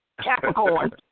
Capricorn